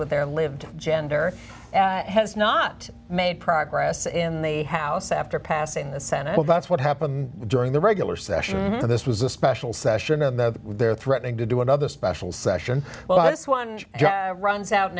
with their lived gender has not made progress in the house after passing the senate well that's what happened during the regular session this was a special session of the they're threatening to do another special session well this one runs out